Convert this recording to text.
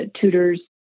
tutors